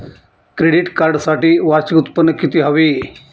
Credit कार्डसाठी वार्षिक उत्त्पन्न किती हवे?